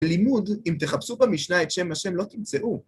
לימוד, אם תחפשו במשנה את שם ה' לא תמצאו.